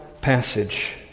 passage